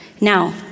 Now